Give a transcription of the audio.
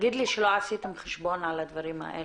תגיד לי שלא עשיתם חשבון על הדברים האלה?